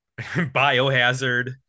biohazard